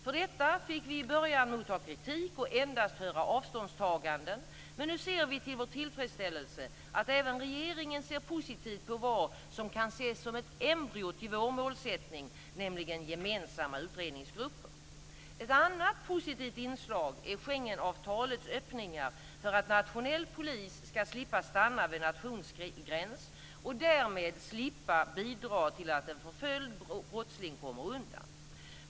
För detta fick vi i början motta kritik och endast höra avståndstaganden men nu ser vi till vår tillfredsställelse att även regeringen ser positivt på vad som kan ses som ett embryo till vår målsättning, nämligen gemensamma utredningsgrupper. Ett annat positivt inslag är Schengenavtalets öppningar för att nationell polis ska slippa stanna vid nationsgräns och därmed slippa bidra till att en förföljd brottsling kommer undan.